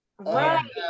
Right